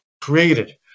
created